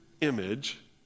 image